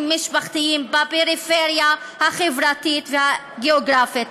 משפחתיים בפריפריה החברתית והגיאוגרפית.